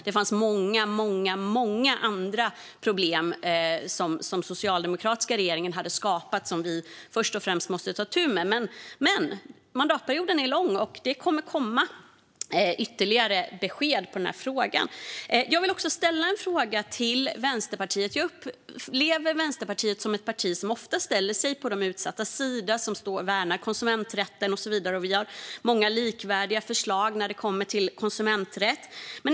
Det fanns väldigt många andra problem som den socialdemokratiska regeringen hade skapat som vi först och främst måste ta itu med. Men mandatperioden är lång, och det kommer att komma ytterligare besked i denna fråga. Jag vill ställa en fråga till Vänsterpartiet. Jag upplever Vänsterpartiet som ett parti som ofta ställer sig på de utsattas sida, som värnar konsumenträtten och så vidare. Vi har många likvärdiga förslag när det gäller konsumenträtt.